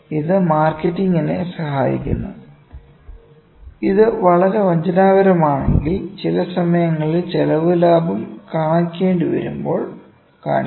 ഇത് മാർക്കറ്റിങ്ങിനെ ആശ്രയിക്കുന്നു ഇത് വളരെ വഞ്ചനാപരമാണെങ്കിൽ ചില സമയങ്ങളിൽ ചെലവ് ലാഭം കാണിക്കേണ്ടിവരുമ്പോൾ കാണിക്കും